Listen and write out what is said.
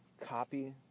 copy